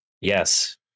yes